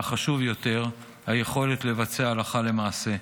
והחשוב יותר, היכולת לבצע הלכה למעשה.